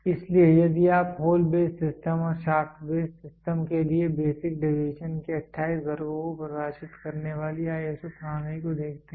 इसलिए यदि आप होल बेस सिस्टम और शाफ्ट बेस सिस्टम के लिए बेसिक डेविएशन के 28 वर्गों को परिभाषित करने वाली ISO प्रणाली को देखते हैं